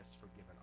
forgiven